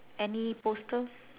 any poster